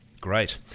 Great